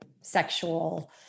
sexual